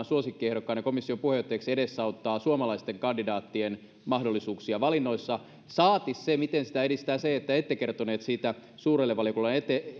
suosikkiehdokkaanne komission puheenjohtajaksi edesauttaa suomalaisten kandidaattien mahdollisuuksia valinnoissa saati se miten sitä edistää se että ette kertoneet siitä suurelle valiokunnalle